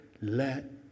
let